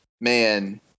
man